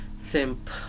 Simp